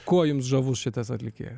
kuo jums žavus šitas atlikėjas